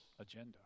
agenda